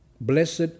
Blessed